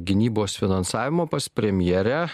gynybos finansavimo pas premjerę